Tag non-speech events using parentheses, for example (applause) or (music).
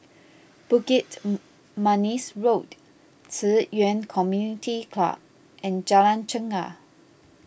Bukit (unintelligible) Manis Road Ci Yuan Community Club and Jalan Chegar